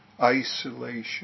isolation